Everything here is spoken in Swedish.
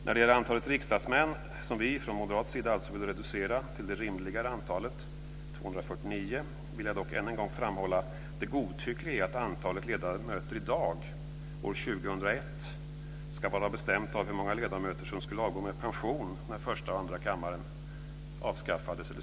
När det gäller antalet riksdagsmän, som vi från moderat sida vill reducera till det rimligare antalet 249, vill jag dock än en gång framhålla det godtyckliga i att antalet ledamöter i dag, år 2001, ska vara bestämt av hur många ledamöter som skulle avgå med pension när första och andra kammaren slogs ihop.